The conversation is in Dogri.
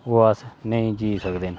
ओह् अस नेईं जी सकने